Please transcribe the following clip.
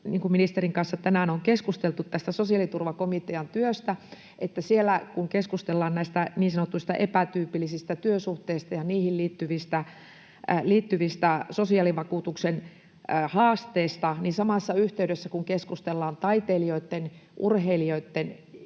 niin kuin ministerin kanssa tänään on keskusteltu tästä sosiaaliturvakomitean työstä — että kun siellä keskustellaan näistä niin sanotuista epätyypillisistä työsuhteista ja niihin liittyvistä sosiaalivakuutuksen haasteista, niin samassa yhteydessä keskustellaan taiteilijoiden, urheilijoiden